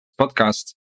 podcast